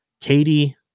Katie